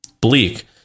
bleak